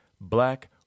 black